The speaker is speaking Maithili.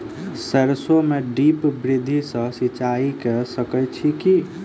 सैरसो मे ड्रिप विधि सँ सिंचाई कऽ सकैत छी की?